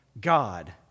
God